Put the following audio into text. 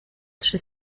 trzy